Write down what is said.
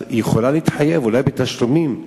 היא יכולה להתחייב, אולי בתשלומים.